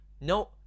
No